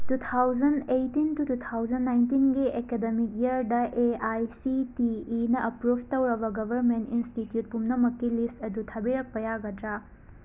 two thousand eighteen two two thousand ꯅꯥꯏꯟꯇꯤꯟꯒꯤ academic ꯏꯌꯥꯔꯗ A I C T ꯏꯅ ꯑꯄ꯭ꯔꯨꯞ ꯇꯧꯔꯕ ꯒꯣꯚꯔꯟꯃꯦꯟꯠ ꯏꯟꯁꯇꯤꯇ꯭ꯌꯨꯠ ꯄꯨꯝꯅꯃꯛꯀꯤ ꯂꯤꯁ ꯑꯗꯨ ꯊꯤꯕꯤꯔꯛꯄ ꯌꯥꯒꯗ꯭ꯔꯥ